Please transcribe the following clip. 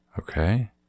Okay